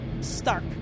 stark